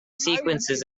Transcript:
sequences